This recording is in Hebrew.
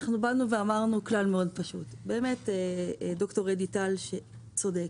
אמרנו כלל פשוט מאוד ד"ר אדי טל אכן צודק,